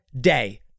day